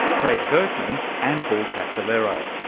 craig berkman and paul castellero.